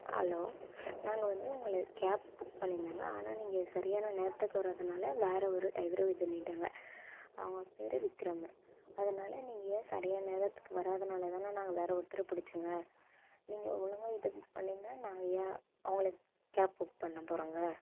allow நாங்கள் வந்து உங்களை கேப் புக் பண்ணியிருந்தேங்க ஆனால் நீங்கள் சரியான நேரத்துக்கு வராதனால் வேறு ஒரு டிரைவரை இதுன்னுட்டேங்க அவங்க பேர் விக்ரம் அதனால் நீங்கள் ஏன் சரியான நேரத்துக்கு வராதனால் தானே நாங்கள் வேறு ஒருத்தரை பிடிச்சோங்க நீங்கள் ஒழுங்காக இது பண்ணிருந்தால் நாங்கள் ஏன் அவங்களுக்கு கேப் புக் பண்ண போகிறோம்ங்க